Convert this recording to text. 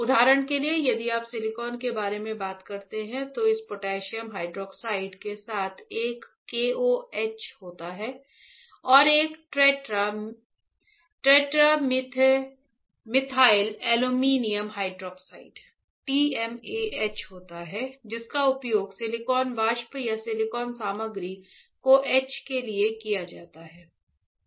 उदाहरण के लिए यदि आप सिलिकॉन के बारे में बात करते हैं तो इस पोटेशियम हाइड्रोक्साइड के साथ एक KOH होता है और एक tetra methyl ammonium hydroxide TMAH होता है जिसका उपयोग सिलिकॉन वाष्प या सिलिकॉन सामग्री को ईच के लिए किया जाता है